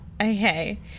Okay